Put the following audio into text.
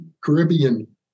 Caribbean